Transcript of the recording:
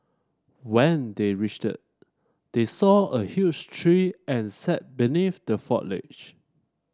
when they reached they saw a huge tree and sat beneath the foliage